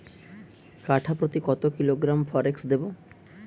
কাঠাপ্রতি কত kilogram forex দেবো?